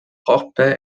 hoppe